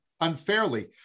unfairly